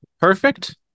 perfect